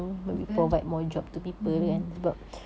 betul mmhmm